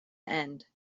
end